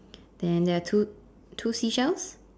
then there are two two seashells